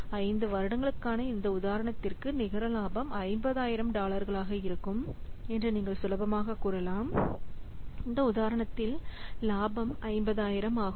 ஐந்து வருடங்களுக்கான இந்த உதாரணத்திற்கு நிகர இலாபம் 50000 டாலராக இருக்கும் என்று நீங்கள் சுலபமாக கூறலாம் இந்த உதாரணத்தில் லாபம் 50000 ஆகும்